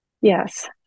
Yes